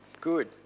good